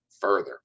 further